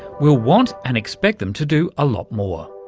we'll want and expect them to do a lot more.